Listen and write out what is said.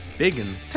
biggins